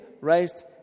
raised